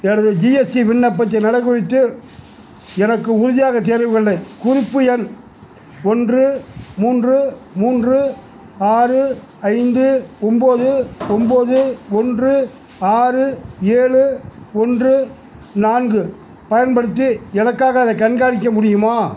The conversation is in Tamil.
எனது ஜிஎஸ்டி விண்ணப்பத்தின் நிலைக் குறித்து எனக்கு உறுதியாக தெரியவில்லை குறிப்பு எண் ஒன்று மூன்று மூன்று ஆறு ஐந்து ஒம்பது ஒம்பது ஒன்று ஆறு ஏழு ஒன்று நான்கு பயன்படுத்தி எனக்காக அதைக் கண்காணிக்க முடியுமா